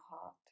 heart